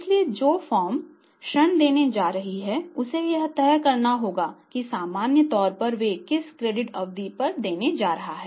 इसलिए जो फर्म ऋण देने जा रही है उसे यह तय करना होगा कि सामान्य तौर पर वे किस क्रेडिट अवधि पर देने जा रहे हैं